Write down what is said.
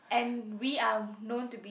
and we are known to be